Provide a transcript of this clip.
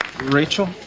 Rachel